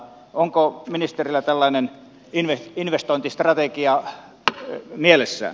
onko ministerillä tällainen investointistrategia mielessään